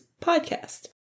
podcast